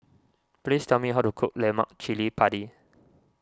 please tell me how to cook Lemak Cili Padi